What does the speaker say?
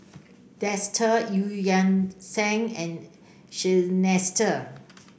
Dester Eu Yan Sang and Seinheiser